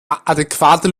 adäquate